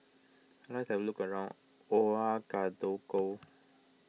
I would like to have a look around Ouagadougou